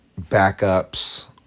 backups